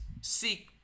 seek